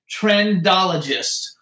trendologist